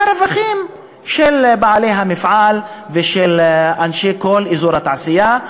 והרווחים של בעלי המפעל ושל אנשי כל אזור התעשייה,